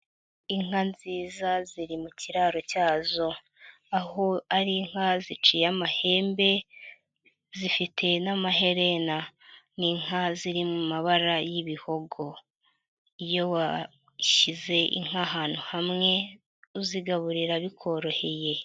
Inka nziza ziri mu kiraro cyazo, aho ari inka ziciye amahembe, zifite n'amaherena, n'inka ziri mu mabara y'ibihogo. Iyo washyize inka ahantu hamwe uzigaburira bikworoheye.